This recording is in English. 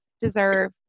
deserve